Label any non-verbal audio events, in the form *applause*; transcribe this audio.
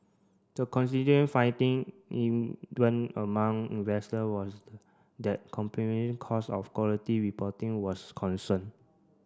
the *unintelligible* finding even among investor was that *unintelligible* costs of quality reporting was concern